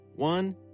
One